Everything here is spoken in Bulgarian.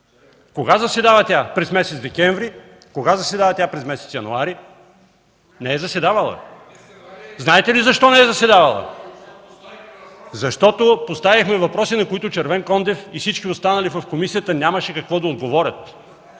Кога заседава тя през месец декември? Кога заседава тя през месец януари? Не е заседавала. Знаете ли защо не е заседавала? Защото поставихме въпроси, на които Червенкондев и всички останали в комисията нямаше какво да отговорят.